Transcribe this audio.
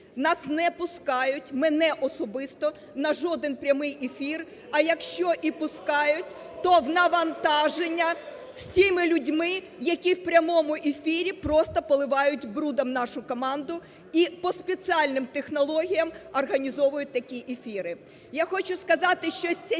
Нас не пускають, мене особисто, на жоден прямий ефір, а якщо і пускають, то в навантаження з тими людьми, які в прямому ефірі просто поливають брудом нашу команду і по спеціальним технологіям організовують такі ефіри. Я хочу сказати, що з